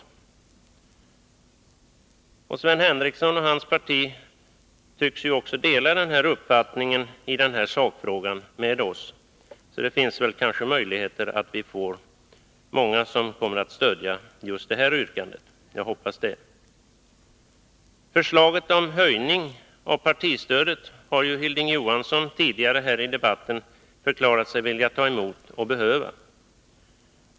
Sven Henricsson och hans parti tycks dela vår uppfattning i den här sakfrågan, så det finns kanske möjligheter att många kommer att stödja yrkandet. Jag hoppas det. En höjning av partistödet har Hilding Johansson tidigare här i debatten förklarat sig vilja ta emot och behöva.